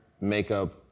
makeup